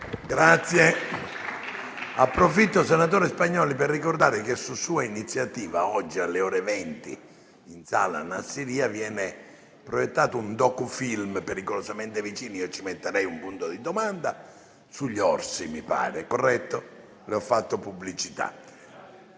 Ne approfitto, senatore Spagnolli, per ricordare che, su sua iniziativa, oggi alle ore 20 in Sala Nassiriya viene proiettato il docufilm "Pericolosamente vicini" - io ci metterei un punto di domanda - sugli orsi. Le ho fatto pubblicità.